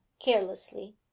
carelessly